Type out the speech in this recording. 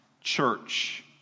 church